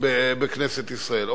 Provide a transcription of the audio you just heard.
אין להם ייצוג בכנסת ישראל.